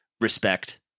respect